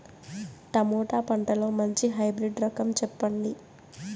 Tomato పంటలో మంచి hybrid రకం చెప్పండి?